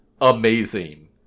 amazing